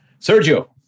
Sergio